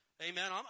Amen